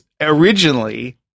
originally